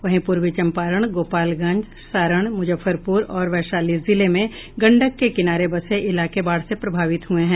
वहीं पूर्वी चंपारण गोपालगंज सारण मुजफ्फरपुर और वैशाली जिले में गंडक के किनारे बसे इलाके बाढ़ से प्रभावित हुए हैं